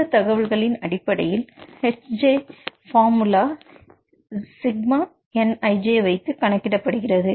இந்த தகவல்களின் அடிப்படையில் Hj பார்முலா Σnijவைத்து கணக்கிடப்படுகிறது